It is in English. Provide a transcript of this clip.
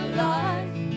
life